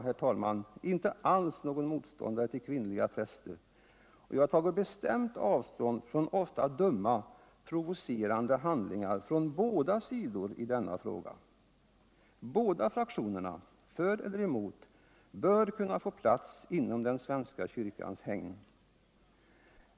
herr talman, inte alls någon motståndare till kvinnliga präster och jag tager bestämt avstånd från ofta dumma, provocerande handlingar från båda sidor i denna fråga. Båda fraktionerna — för eller emot - bör kunna få plats inom den svenska kyrkans hägn.